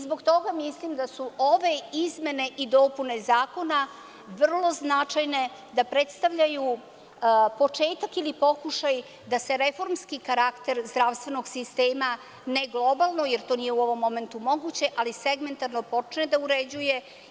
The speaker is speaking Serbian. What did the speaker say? Zbog toga mislim da su ove izmene i dopune zakona vrlo značajne, da predstavljaju početak ili pokušaj da se reformski karakter zdravstvenog sistema, ne globalno, jer to nije u ovom momentu moguće, ali segmentarno počne da uređuje.